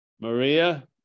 Maria